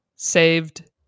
saved